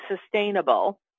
sustainable